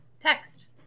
text